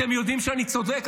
אתם יודעים שאני צודק.